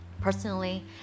Personally